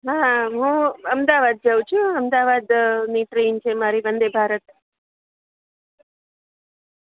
હા હા હું અમદાવાદ જાઉં છું અમદાવાદ ની ટ્રેન છે મારી વંદે ભારત